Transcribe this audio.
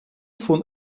von